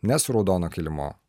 ne su raudono kilimo